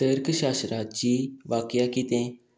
तर्कशास्त्राची वाक्या कितें